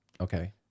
Okay